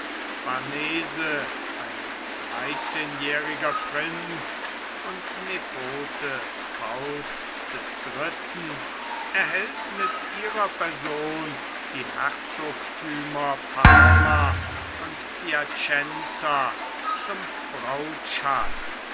farnese ein dreizehnjähriger prinz und nepote pauls des dritten erhält mit ihrer person die herzogtümer parma und piacenza zum brautschatz